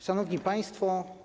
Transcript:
Szanowni Państwo!